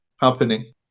happening